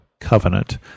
covenant